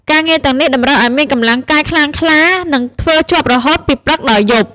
ការងារទាំងនេះតម្រូវឱ្យមានកម្លាំងកាយខ្លាំងក្លា និងធ្វើជាប់រហូតពីព្រឹកដល់យប់។